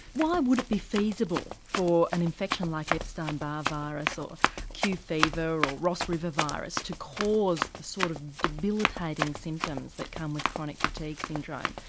why would it be feasible for an infection like epstein barr virus or q fever, or ross river virus to cause the sort of debilitating symptoms that come with chronic fatigue syndrome?